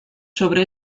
sobre